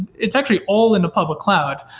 it's actually all in a public cloud,